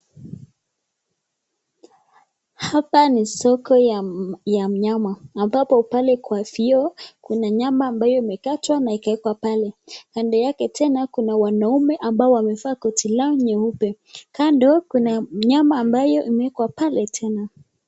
Hapa ni soko ya mnyama ambapo pale kwa viio kuna nyama ambayo imekatwa na ikawekwa pale. Kando yake tena, kuna wanaume ambao wamevaa koti lao nyeupe. Kando kuna nyama ambaye imewekwa pale tena.